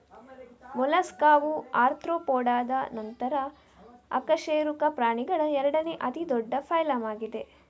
ಮೊಲಸ್ಕಾವು ಆರ್ತ್ರೋಪೋಡಾದ ನಂತರ ಅಕಶೇರುಕ ಪ್ರಾಣಿಗಳ ಎರಡನೇ ಅತಿ ದೊಡ್ಡ ಫೈಲಮ್ ಆಗಿದೆ